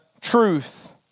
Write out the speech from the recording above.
truth